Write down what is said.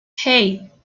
hey